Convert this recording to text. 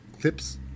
clips